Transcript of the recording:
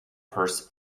purse